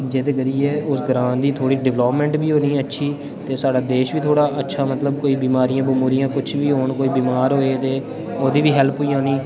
जेह्दे करियै उस ग्रांऽ दी थोह्ड़ी डवेलपमेंट बी होनी अच्छी ते साढ़ा देश बी थोह्ड़ा अच्छा मतलब कोई बमारियां बमूरियां कुछ बी होन कोई बीमार होऐ ते ओह्दी हेल्प बी होनी